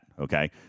okay